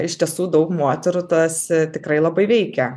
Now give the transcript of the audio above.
iš tiesų daug moterų tas tikrai labai veikia